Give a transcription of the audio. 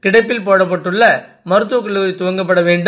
கிடப்பில்போடப்பட்டுள்ளமருத்துவக்கல்லாரிதுவங்கப்படு வேண்டும்